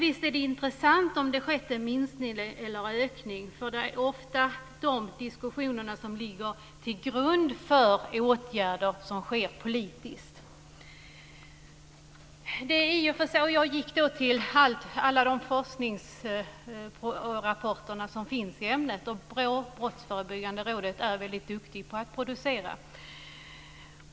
Visst är det intressant om det har skett en minskning eller ökning, eftersom det ofta är dessa diskussioner som ligger till grund för åtgärder som vidtas politiskt. Jag studerade då alla de forskningsrapporter som finns i ämnet, och BRÅ är väldigt duktigt på att producera.